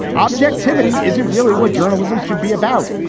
objectivity isn't really what journalism should be about,